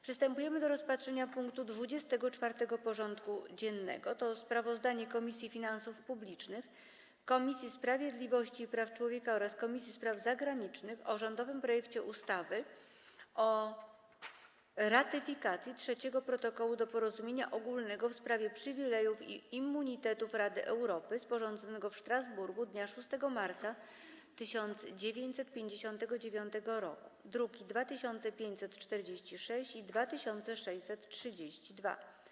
Przystępujemy do rozpatrzenia punktu 24. porządku dziennego: Sprawozdanie Komisji Finansów Publicznych, Komisji Sprawiedliwości i Praw Człowieka oraz Komisji Spraw Zagranicznych o rządowym projekcie ustawy o ratyfikacji Trzeciego Protokołu do Porozumienia ogólnego w sprawie przywilejów i immunitetów Rady Europy, sporządzonego w Strasburgu dnia 6 marca 1959 r. (druki nr 2546 i 2632)